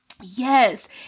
Yes